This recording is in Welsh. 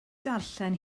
darllen